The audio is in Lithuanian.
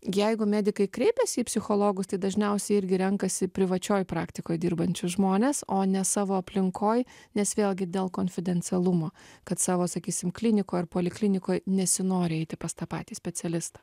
jeigu medikai kreipiasi į psichologus tai dažniausiai irgi renkasi privačioj praktikoj dirbančius žmones o ne savo aplinkoj nes vėlgi dėl konfidencialumo kad savo sakysim klinikoj ar poliklinikoj nesinori eiti pas tą patį specialistą